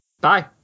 bye